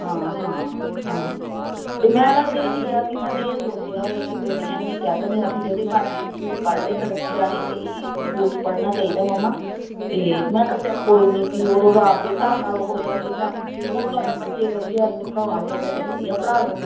ਹਾਂ ਹਾਂ ਹਾਂ ਤੇ ਮੈਂ ਬਸ ਇਹੀ ਆ ਕੀ ਮੈਂ ਤਾਂ ਇਹ ਸੋਚਿਆ ਮੇਰੀਆਂ ਬੇਟੀਆਂ ਨੇ ਕਿਹਾ ਤਾਂ ਵੀ ਅਸੀਂ ਜਿਹੜੀ ਮਰਜੀ ਸਕੂਲ 'ਚ ਪੜ੍ਹ ਲਈਏ ਸਾਡਾ ਵੀਰਾ ਨੀ ਸਹੀ ਸਕੂਲ 'ਚ ਪੜ੍ਹਨਾ ਚਾਹੀਦਾ ਮਮਾ ਤੇ ਮੈਂ ਕਿਹਾ ਚਲ ਕੋਈ ਨੀ ਕੀ ਉਦੋਂ ਦਾ ਆਪਦੇ ਹਿਸਾਬ ਨਾਲ ਉਹੋ ਜਿਹਾ ਸੀਗਾ ਹੁਣ ਚੱਲ ਬੱਚੇ ਵਧੀਆ ਇੱਥੇ ਪੜ੍ਹਾਉਣਾ ਚਾਹੁੰਦੇ ਤੇ ਵਧੀਆ ਪੜ੍ਹਾ ਲਓ